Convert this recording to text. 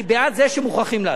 אני בעד זה שמוכרחים לעשות.